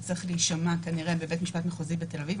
יצטרך להישמע כנראה בבית המשפט המחוזי בתל אביב.